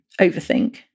overthink